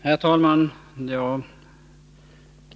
Herr talman!